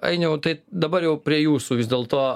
ainiau tai dabar jau prie jūsų vis dėlto